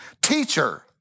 Teacher